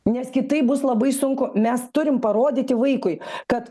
nes kitaip bus labai sunku mes turim parodyti vaikui kad